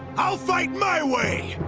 i'll fight my way.